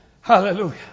Hallelujah